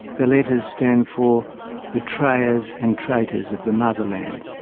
the letters stand for betrayers and traitors of the motherland,